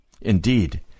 Indeed